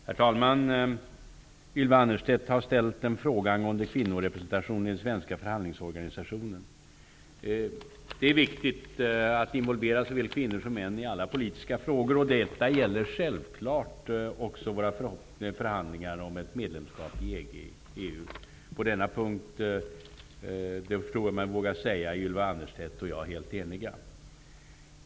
Herr talman! Ylva Annerstedt har ställt en fråga angående kvinnorepresentationen i den svenska förhandlingsorganisationen. Det är viktigt att involvera såväl kvinnor som män i alla politiska frågor. Detta gäller självklart också våra förhandlingar om ett medlemskap i EG/EU. På denna punkt tror jag mig våga säga att Ylva Annerstedt och jag är helt eniga.